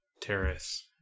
terrace